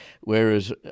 whereas